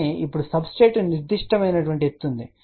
కానీ ఇప్పుడు సబ్స్ట్రేట్ నిర్దిష్ట ఎత్తు ఉంది